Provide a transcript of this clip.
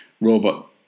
robot